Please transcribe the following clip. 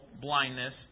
blindness